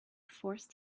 forced